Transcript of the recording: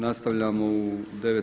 Nastavljamo u 9,